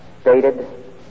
stated